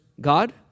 God